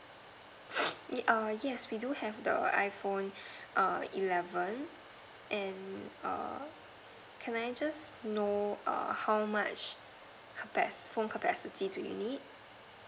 err yes we do have the iphone err eleven and err can I just know err how much capac~ phone capacity do you need